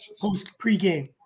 post-pre-game